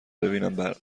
ببینم